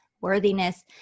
Worthiness